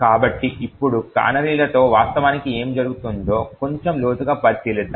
కాబట్టి ఇప్పుడు కానరీలతో వాస్తవానికి ఏమి జరుగుతుందో కొంచెం లోతుగా పరిశీలిద్దాం